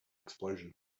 explosion